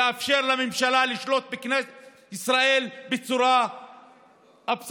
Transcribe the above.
לאפשר לממשלה לשלוט בכנסת ישראל בצורה אבסולוטית.